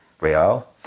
Real